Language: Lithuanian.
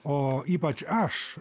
o ypač aš